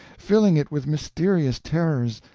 filling it with mysterious terrors,